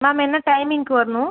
ma'am என்ன டைமிங்க்கு வரணும்